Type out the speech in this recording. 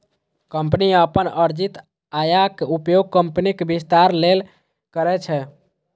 company अपन अर्जित आयक उपयोग कंपनीक विस्तार लेल करै छै